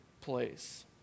place